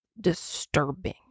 disturbing